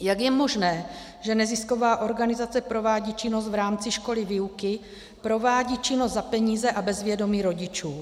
Jak je možné, že nezisková organizace provádí činnost v rámci školní výuky, provádí činnost za peníze a bez vědomí rodičů?